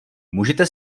můžete